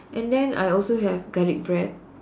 and then I also have garlic bread